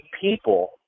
people